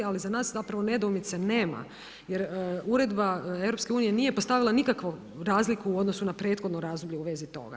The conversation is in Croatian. Ali, za nas zapravo nedoumice nema, jer Uredba EU, nije postavila nikakvu razliku u odnosu na prethodno razdoblje u vezi toga.